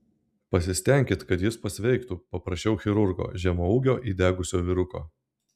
pasistenkit kad jis pasveiktų paprašiau chirurgo žemaūgio įdegusio vyruko